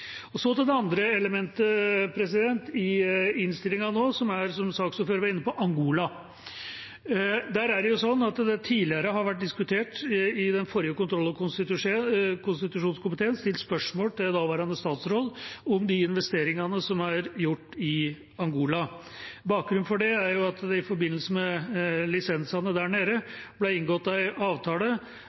Så til det andre elementet i innstillinga, som er, som saksordføreren var inne på, Angola. Det har tidligere vært diskutert i den forrige kontroll- og konstitusjonskomiteen, og stilt spørsmål til daværende statsråd om de investeringene som ble gjort i Angola. Bakgrunnen for det var at det i forbindelse med lisensene der nede ble inngått en avtale